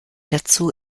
dazu